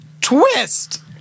Twist